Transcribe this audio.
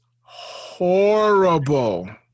horrible